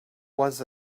was